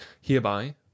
Hereby